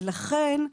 ולכן,